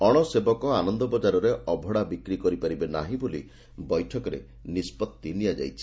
ଅଶସେବକ ଆନନ୍ଦ ବଜାରରେ ଅବଢ଼ା ବିକି କରିପାରିବେ ନାହିଁ ବୋଲି ବୈଠକରେ ନିଷ୍ବଉି ନିଆଯାଇଛି